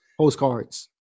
Postcards